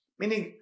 meaning